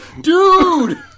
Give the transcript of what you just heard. Dude